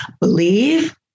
believe